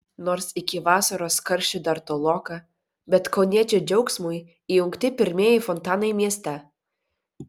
nors iki vasaros karščių dar toloka bet kauniečių džiaugsmui įjungti pirmieji fontanai mieste